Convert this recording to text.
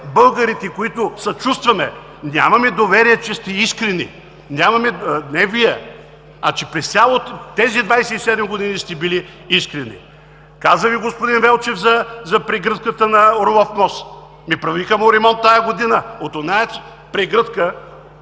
българите, които съчувстваме, нямаме доверие, че сте искрени. Не Вие, а че през всичките тези 27 години сте били искрени! Каза Ви господин Велчев за прегръдката на Орлов мост. Ами, правиха му ремонт тази година. От онази прегръдка